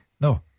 No